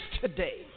today